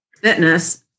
Fitness